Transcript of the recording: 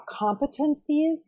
competencies